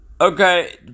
Okay